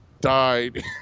died